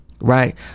Right